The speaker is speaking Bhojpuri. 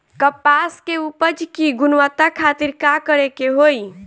कपास के उपज की गुणवत्ता खातिर का करेके होई?